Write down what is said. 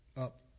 up